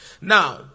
Now